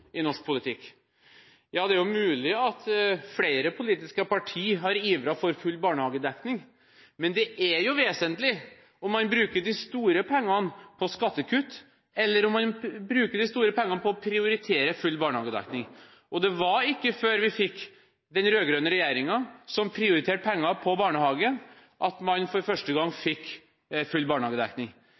i norsk politikk. Ja, det er mulig at flere politiske partier har ivret for full barnehagedekning, men det er jo vesentlig om man bruker de store pengene på skattekutt, eller om man bruker de store pengene på å prioritere full barnehagedekning. Det var ikke før vi fikk den rød-grønne regjeringen – som prioriterte penger på barnehage – at man for første gang fikk full barnehagedekning.